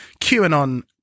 QAnon